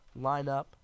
lineup